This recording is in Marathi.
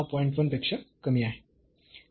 1 पेक्षा कमी आहे